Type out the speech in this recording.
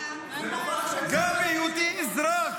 בהיותי אזרח,